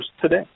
today